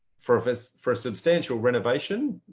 for for this first substantial renovation,